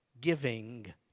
giving